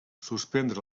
suspendre